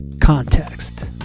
context